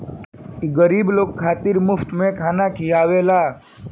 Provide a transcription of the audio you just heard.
ई गरीब लोग खातिर मुफ्त में खाना खिआवेला